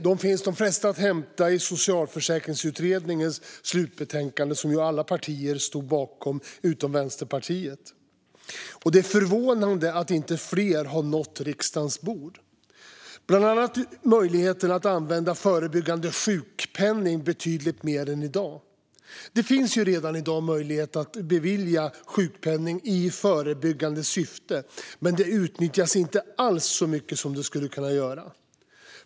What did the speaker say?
De flesta finns att hämta i Socialförsäkringsutredningens slutbetänkande som alla partier står bakom utom Vänsterpartiet. Det är förvånande att inte fler har nått riksdagens bord. Det gäller bland annat möjligheten att använda förebyggande sjukpenning betydligt mer än i dag. Det finns redan i dag möjlighet att bevilja sjukpenning i förebyggande syfte. Men det utnyttjas inte alls så mycket som det skulle kunna göra.